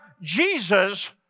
Jesus